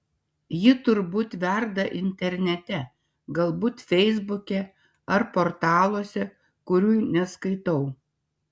ji turbūt verda internete galbūt feisbuke ar portaluose kurių neskaitau